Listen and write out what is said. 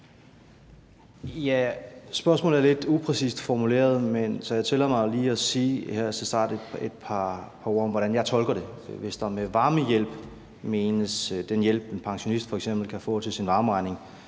Spørgsmålet er lidt upræcist formuleret, så jeg tillader mig lige her til en start at sige et par ord om, hvordan jeg tolker det. Hvis der med varmehjælp menes den hjælp, en pensionist f.eks. kan få til sin varmeregning,